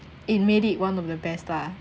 it made it one of the best lah